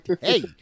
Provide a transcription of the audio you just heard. hey